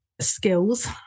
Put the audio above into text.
skills